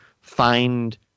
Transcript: find